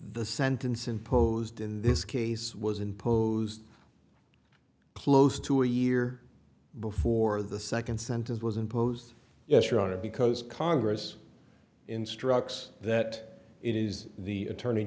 the sentence imposed in this case was imposed close to a year before the second sentence was imposed yes your honor because congress instructs that it is the attorney